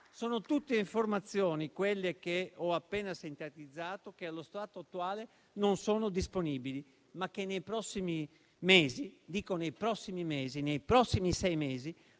Sono tutte informazioni, quelle che ho appena sintetizzato, che, allo stato attuale, non sono disponibili, ma che nei prossimi sei mesi